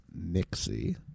Nixie